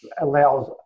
allows